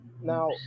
Now